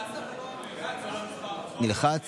התקבלה בקריאה השנייה והשלישית, ותיכנס